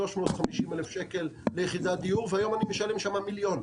350,000 שקל ליחידת דיור והיום אני משלם שם 1 מיליון.